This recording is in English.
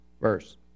verse